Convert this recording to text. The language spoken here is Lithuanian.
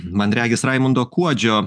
man regis raimondo kuodžio